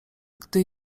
gdy